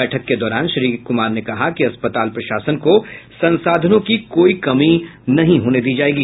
बैठक के दौरान श्री कुमार ने कहा कि अस्पताल प्रशासन को संसाधनों की कोई कमी नहीं होने दी जायेगी